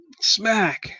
smack